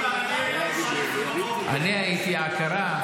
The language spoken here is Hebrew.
אני הייתי עקרה,